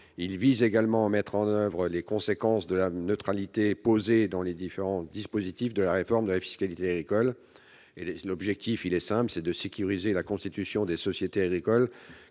Il tend également à mettre en oeuvre les conséquences de la neutralité posée dans les différents dispositifs de la réforme de la fiscalité agricole. L'objectif est simple : sécuriser la constitution des sociétés agricoles,